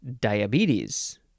diabetes